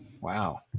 Wow